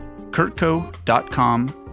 kurtco.com